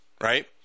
right